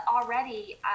already